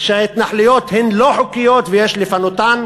שההתנחלויות הן לא חוקיות ויש לפנותן,